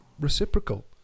reciprocal